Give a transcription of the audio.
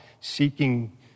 seeking